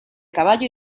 caballo